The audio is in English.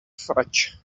fudge